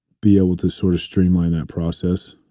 be able to sort of streamline that process.